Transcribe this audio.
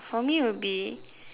for me would be